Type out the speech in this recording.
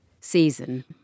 season